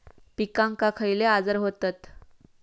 पिकांक खयले आजार व्हतत?